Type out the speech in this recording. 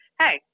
hey